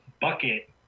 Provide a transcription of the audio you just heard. bucket